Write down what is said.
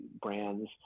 brands